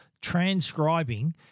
transcribing